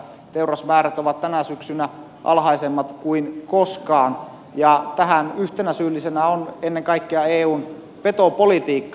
teurasmäärät ovat tänä syksynä alhaisemmat kuin koskaan ja tähän yhtenä syyllisenä on ennen kaikkea eun petopolitiikka